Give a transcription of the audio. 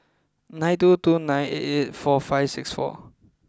nine two two nine eight eight four five six four